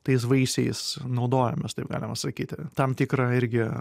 tais vaisiais naudojamės taip galima sakyti tam tikrą irgi